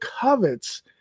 covets